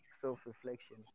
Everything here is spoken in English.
self-reflection